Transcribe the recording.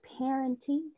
parenting